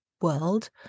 world